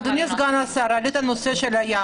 אדוני סגן השר, העלית את נושא הים.